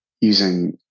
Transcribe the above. using